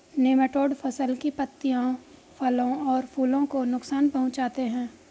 nematode फसल की पत्तियों फलों और फूलों को नुकसान पहुंचाते हैं